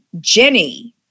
Jenny